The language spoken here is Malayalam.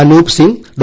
അനൂപ്പ് സിംഗ് ഡോ